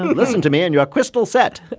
listen to me in your crystal set